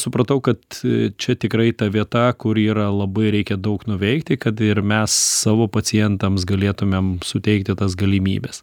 supratau kad čia tikrai ta vieta kur yra labai reikia daug nuveikti kad ir mes savo pacientams galėtumėm suteikti tas galimybes